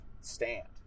stand